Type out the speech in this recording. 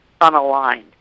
unaligned